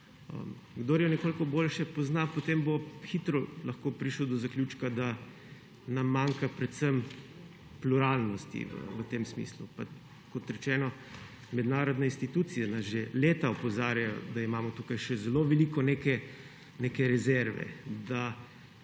kdor jo nekoliko boljše pozna, potem bo hitro lahko prišel do zaključka, da nam manjka predvsem pluralnosti v tem smislu. Kot rečeno, mednarodne institucije nas že leta opozarjajo, da imamo tukaj še zelo veliko neke rezerve, da